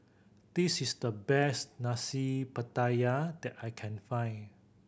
this is the best Nasi Pattaya that I can find